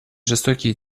жестокие